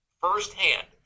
firsthand